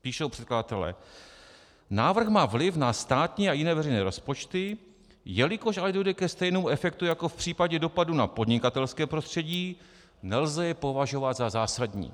Píšou předkladatelé: Návrh má vliv na státní a jiné veřejné rozpočty, jelikož ale dojde ke stejnému efektu jako v případě dopadů na podnikatelské prostředí, nelze je považovat za zásadní.